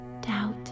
doubt